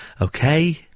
Okay